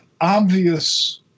obvious